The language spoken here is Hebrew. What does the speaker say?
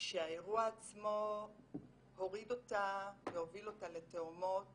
שהאירוע עצמו הוריד אותה והוביל אותה לתהומות